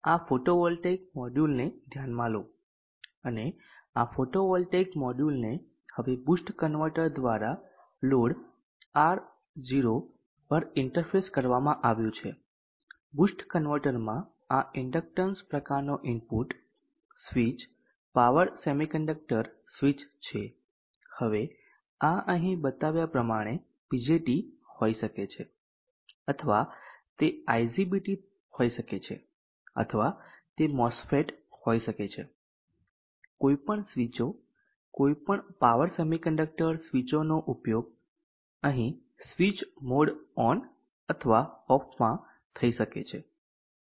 આ ફોટોવોલ્ટેઇક મોડ્યુલને ધ્યાનમાં લો અને આ ફોટોવોલ્ટેઇક મોડ્યુલને હવે બુસ્ટ કન્વર્ટર દ્વારા લોડ R0 પર ઇન્ટરફેસ કરવામાં આવ્યું છે બૂસ્ટ કન્વર્ટરમાં આ ઇન્ડકટન્સ પ્રકારનો input switch power semiconductor switch છે હવે આ અહીં બતાવ્યા પ્રમાણે BJT હોઈ શકે છે અથવા તે IGBT હોઈ શકે છે અથવા તે MOSFET હોઈ શકે છે કોઈપણ સ્વીચો કોઈપણ પાવર સેમીકન્ડક્ટર સ્વીચોનો ઉપયોગ અહીં સ્વીચ મોડ ઓન ઓફમાં થઈ શકે છે